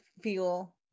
feel